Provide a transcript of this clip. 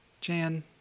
jan